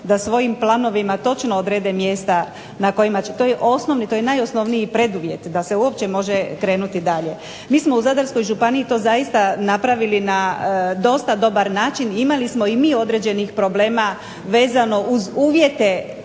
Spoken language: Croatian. da svojim planovima točno odrede mjesta na kojima će, to je osnovni to je najosnovniji preduvjet da se uopće može krenuti dalje. Mi smo u Zadarskoj županiji to zaista napravili na dosta dobar način. Imali smo i mi određenih problema vezano uz